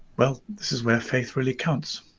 well this is where faith really counts.